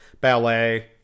Ballet